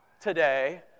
today